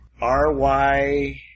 R-Y